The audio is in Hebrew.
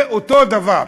זה אותו דבר.